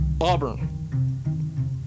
Auburn